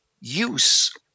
use